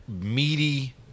meaty